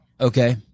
Okay